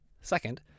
Second